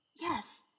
Yes